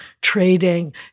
trading